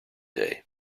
day